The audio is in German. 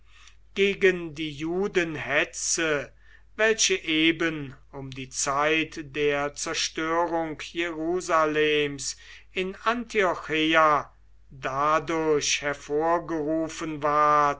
gegen die judenhetze welche eben um die zeit der zerstörung jerusalems in antiocheia dadurch hervorgerufen ward